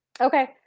Okay